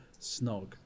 snog